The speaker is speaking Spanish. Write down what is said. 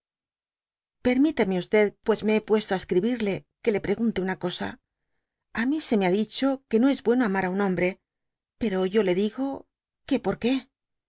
algunat permítame pue me hé puesto á escribirle que le pregunte una cosa a mí se me ha dicho que no es bueno amar á un hombre pero yo digo que porqué